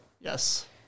Yes